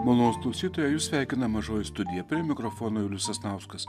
malonūs klausytojai jus sveikina mažoji studija prie mikrofono julius sasnauskas